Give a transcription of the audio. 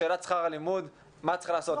שאלת שכר הלימוד ומה צריך לעשות עם זה.